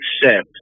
accept